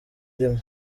irimo